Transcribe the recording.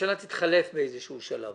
הממשלה תתחלף באיזשהו שלב